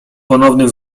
ponownym